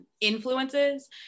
influences